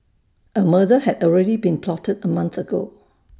A murder had already been plotted A month ago